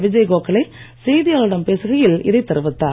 விஜய் கோகலே செய்தியாளர்களிடம் பேசுகையில் இதைத் தெரிவித்தார்